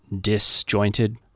disjointed